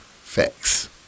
Facts